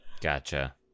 Gotcha